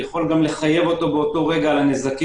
הוא יכול גם לחייב אותו באותו רגע על הנזקים,